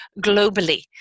globally